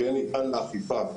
שיהיה ניתן לאכיפה.